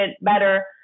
better